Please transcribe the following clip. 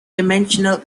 dimensional